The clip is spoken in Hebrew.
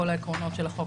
כל העקרונות של החוק,